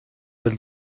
del